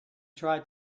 tried